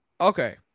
Okay